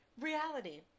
Reality